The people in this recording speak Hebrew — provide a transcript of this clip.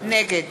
נגד